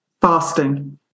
fasting